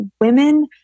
women